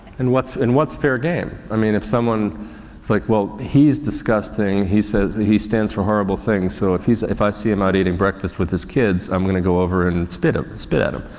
and what's, and what's fair game. i mean, if someone, it's like, well, he's disgusting, he says, he stands for horrible things. so, if he's, if i see him out eating breakfast with his kids i'm going to go over and and spit on, ah spit at him.